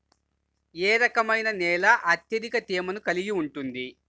ఏ రకమైన నేల అత్యధిక తేమను కలిగి ఉంటుంది?